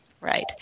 Right